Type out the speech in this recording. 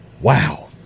Wow